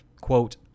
quote